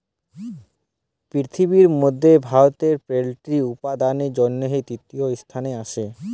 পিরথিবির মধ্যে ভারতে পল্ট্রি উপাদালের জনহে তৃতীয় স্থালে আসে